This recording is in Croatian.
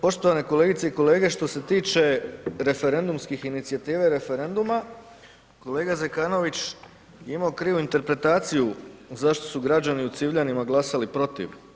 Poštovane kolegice i kolege, što se tiče referendumskih inicijativa i referenduma, kolega Zekanović je imao krivu interpretaciju zašto su građani u Civljanima glasali protiv.